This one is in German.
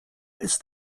ist